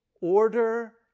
order